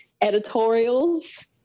editorials